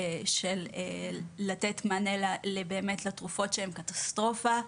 לתת מענה לתרופות שהן קטסטרופה,